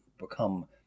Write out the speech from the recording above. become